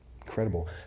Incredible